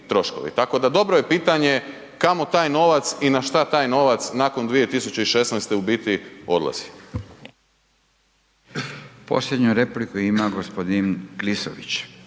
Tako da dobro je pitanje kamo taj novac i na šta taj novac nakon 2016. u biti odlazi. **Radin, Furio (Nezavisni)** Posljednju repliku ima gospodin Klisović.